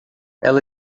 ela